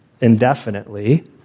indefinitely